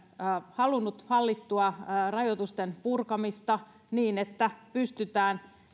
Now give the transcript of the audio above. halunnut hallittua rajoitusten purkamista niin että pystytään